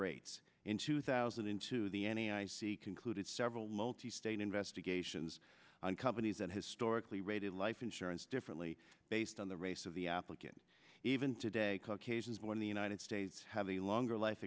rates in two thousand into the ne i see concluded several multi state investigations on companies that historically rated life insurance differently based on the race of the applicant even today caucasians when the united states have a longer life